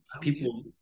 people